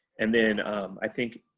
and then i think